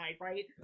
right